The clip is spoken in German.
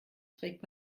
trägt